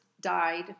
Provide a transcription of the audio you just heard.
died